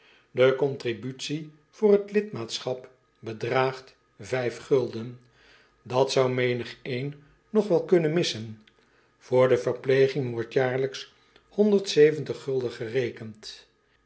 de contributie voor het lidmaatschap bedraagt at zou menigeen nog wel kunnen missen voor de verpleging wordt jaarlijks gerekend